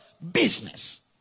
business